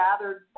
gathered